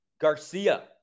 Garcia